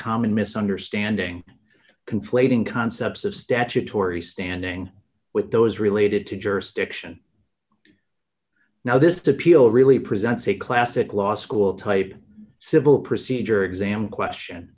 common misunderstanding conflating concepts of statutory standing with those related to jurisdiction now this to peel really presents a classic law school type civil procedure exam question